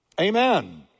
Amen